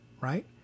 right